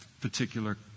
particular